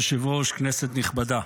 אדוני היושב-ראש, כנסת נכבדה,